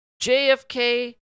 JFK